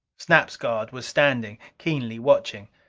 snap's guard was standing, keenly watching.